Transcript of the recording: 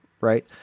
right